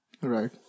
right